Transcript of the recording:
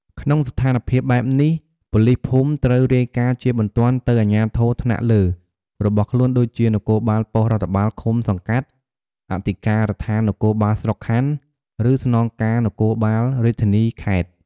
ក្នុងស្ថានភាពបែបនេះ ប៉ូលីសភូមិត្រូវ រាយការណ៍ជាបន្ទាន់ទៅអាជ្ញាធរថ្នាក់លើ របស់ខ្លួន ដូចជានគរបាលប៉ុស្តិ៍រដ្ឋបាលឃុំ-សង្កាត់ អធិការដ្ឋាននគរបាលស្រុក-ខណ្ឌ ឬស្នងការដ្ឋាននគរបាលរាជធានី-ខេត្ត។